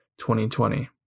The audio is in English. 2020